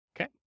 okay